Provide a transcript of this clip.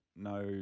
no